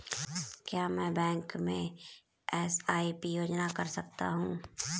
क्या मैं बैंक में एस.आई.पी योजना कर सकता हूँ?